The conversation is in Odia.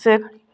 ସେ